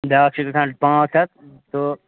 بیٛاکھ چھِ گژھان پانٛژھ ہَتھ تہٕ